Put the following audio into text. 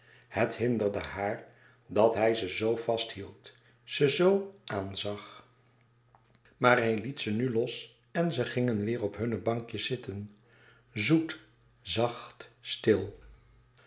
het hinderde haar dat hij ze zoo vast hield ze zoo aanzag maar hij liet ze nu los en ze gingen weêr op hunne bankjes zitten zoet zacht stil